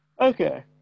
Okay